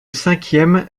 cinquième